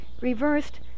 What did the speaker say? Reversed